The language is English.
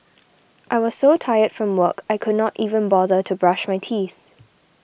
I was so tired from work I could not even bother to brush my teeth